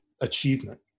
achievement